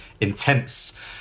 intense